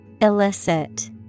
illicit